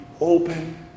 open